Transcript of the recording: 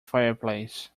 fireplace